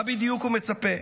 מה בדיוק הוא מצפה,